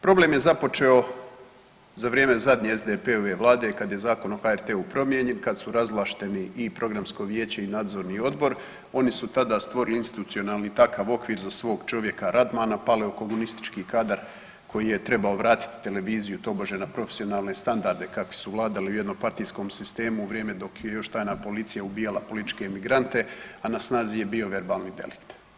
Problem je započeo za vrijeme zadnje SDP-ove vlade kada je zakon o HRT-u promijenjen, kad su razvlašteni i programsko vijeće i nadzorni odbor, oni su tada stvorili institucionalni takav okvir za svog čovjeka Radmana pale u komunistički kadar koji je trebao vratiti televiziju tobože na profesionalne standarde kakvi su vladali u jednopartijskom sistemu u vrijeme dok je još tajna policija ubijala političke emigrante, a na snazi je bio verbalni delikt.